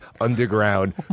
underground